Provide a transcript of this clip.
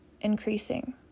increasing